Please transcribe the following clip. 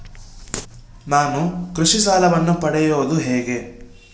ನಾನು ಕೃಷಿ ಸಾಲವನ್ನು ಪಡೆಯೋದು ಹೇಗೆ?